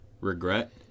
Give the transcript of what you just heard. regret